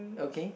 okay